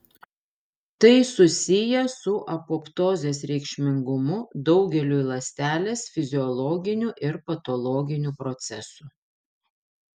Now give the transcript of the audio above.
tai susiję su apoptozės reikšmingumu daugeliui ląstelės fiziologinių ir patologinių procesų